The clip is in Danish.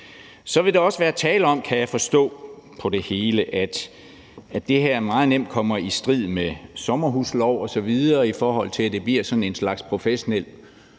Så vil der også være tale om, kan jeg forstå på det hele, at det her meget nemt kommer i strid med sommerhusloven osv., i forhold til at det bliver sådan en slags professionel